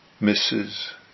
misses